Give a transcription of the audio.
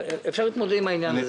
אפשר להתמודד עם העניין הזה.